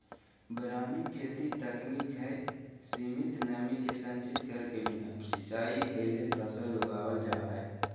वारानी खेती तकनीक हई, सीमित नमी के संचित करके बिना सिंचाई कैले फसल उगावल जा हई